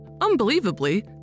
Unbelievably